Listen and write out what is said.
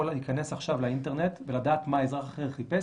להיכנס עכשיו לאינטרנט ולדעת מה אזרח אחר חיפש?